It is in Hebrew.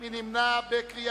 מי נמנע?